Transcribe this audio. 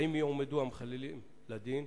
האם יועמדו המחללים לדין?